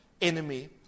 enemy